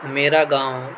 میرا گاؤں